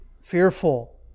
fearful